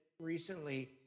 recently